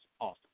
awesome